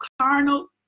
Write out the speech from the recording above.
carnal